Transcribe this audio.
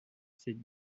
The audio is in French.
cette